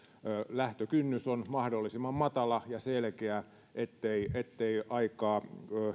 lähtökynnys on mahdollisimman matala ja selkeä ettei aikaa